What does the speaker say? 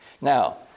Now